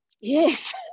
Yes